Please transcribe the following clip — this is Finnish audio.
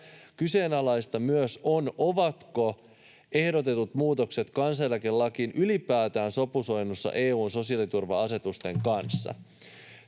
Kyseenalaista myös on, ovatko ehdotetut muutokset kansaneläkelakiin ylipäätään sopusoinnussa EU:n sosiaaliturva-asetuksen kanssa.”